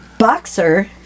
Boxer